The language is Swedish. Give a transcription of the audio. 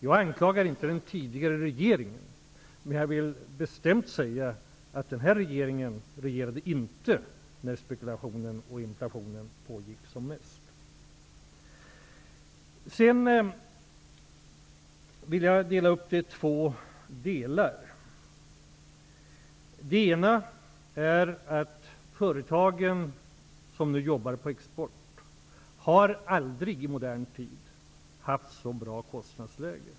Jag anklagar inte den tidigare regeringen, men jag vill bestämt säga att den nuvarande regeringen inte regerade när spekulationen och inflationen pågick som mest. Sedan vill jag dela upp frågan i två delar. För det första har företagen som jobbar med export aldrig i modern tid haft så bra kostnadsläge.